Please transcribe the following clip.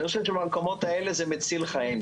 אני חושב שבמקומות האלה זה מציל חיים.